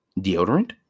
deodorant